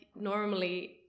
normally